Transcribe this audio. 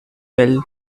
well